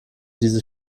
diese